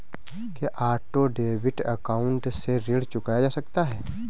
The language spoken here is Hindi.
क्या ऑटो डेबिट अकाउंट से ऋण चुकाया जा सकता है?